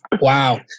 Wow